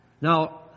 Now